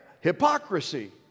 Hypocrisy